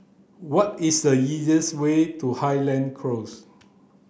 what is the easiest way to Highland Close